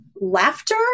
laughter